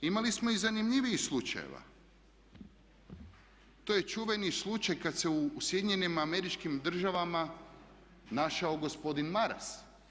Imali smo i zanimljivijih slučajeva, to je čuveni slučaj kad se u SAD-u našao gospodin Maras.